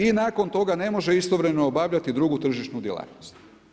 I nakon toga ne može istovremeno obavljati drugu tržišnu djelatnost.